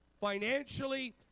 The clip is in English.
financially